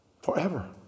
Forever